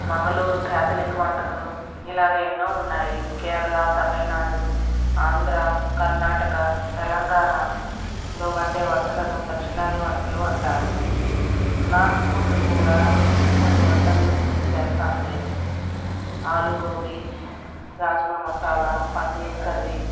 Mangaluru Catholic వంటలు ఇలాగ ఎన్నో ఉన్నాయి కేరళ తమిళనాడు ఆంధ్ర కర్ణాటక తెలంగాణలో వండే వంటలను దక్షిణాది వంటలు అంటారు నార్త్ ఫుడ్ కూడా కొన్ని వంటలు చేస్తాను నేను ఆలూ గోబీ రాజ్మా మసాలా పన్నీర్ కర్రీ